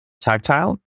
Tactile